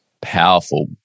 powerful